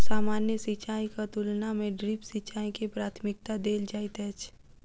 सामान्य सिंचाईक तुलना मे ड्रिप सिंचाई के प्राथमिकता देल जाइत अछि